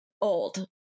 old